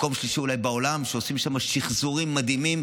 מקום שלישי אולי בעולם, ועושים שם שחזורים מדהימים